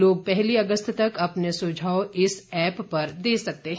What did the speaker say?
लोग पहली अगस्त तक अपने सुझाव इस एप्प पर दे सकते हैं